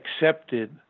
accepted